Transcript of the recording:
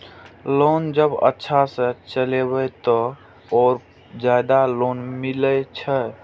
Loan जब अच्छा से चलेबे तो और ज्यादा लोन मिले छै?